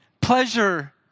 pleasure